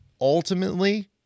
ultimately